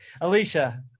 Alicia